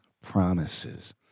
promises